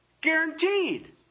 Guaranteed